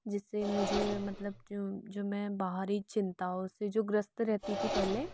जिससे मुझे मतलब जो जो मैं बाहरी चिंताओ से जो ग्रस्त रहती थी पहले